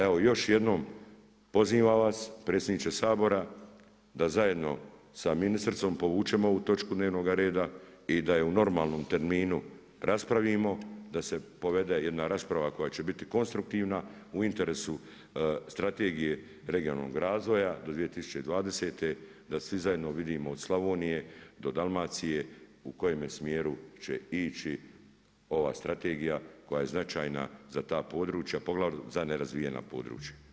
Evo još jednom pozivam vas predsjedniče Sabora da zajedno sa ministricom povučemo ovu točku dnevnoga reda i da je u normalnom terminu raspravimo, da se povede jedna rasprava koja će biti konstruktivna u interesu Strategije regionalnog razvoja do 2020., da svi zajedno vidimo od Slavonije do Dalmacije u kojeme smjeru će ići ova strategija koja je značajna za ta područja poglavito za nerazvijena područja.